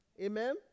Amen